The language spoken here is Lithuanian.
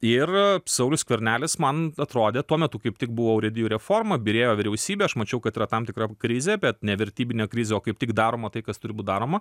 ir saulius skvernelis man atrodė tuo metu kaip tik buvo urėdijų reforma byrėjo vyriausybė aš mačiau kad yra tam tikra krizė bet ne vertybinė krizė o kaip tik daroma tai kas turi būt daroma